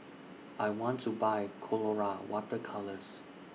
I want to Buy Colora Water Colours